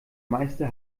meister